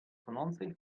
tonącej